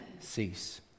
cease